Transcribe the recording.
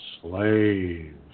slaves